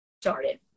started